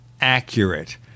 accurate